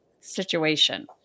situation